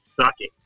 sucking